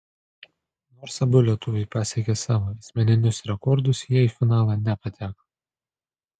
nors abu lietuviai pasiekė savo asmeninius rekordus jie į finalą nepateko